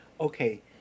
okay